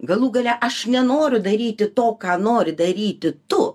galų gale aš nenoriu daryti to ką nori daryti tu